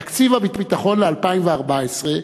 תקציב הביטחון ל-2014,